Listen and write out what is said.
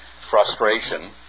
frustration